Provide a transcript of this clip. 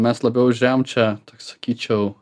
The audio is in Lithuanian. mes labiau žėom čia sakyčiau